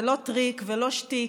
זה לא טריק ולא שטיק,